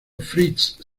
fritz